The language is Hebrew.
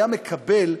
היה מקבל,